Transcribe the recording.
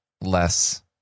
less